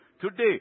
Today